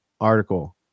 article